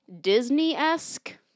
Disney-esque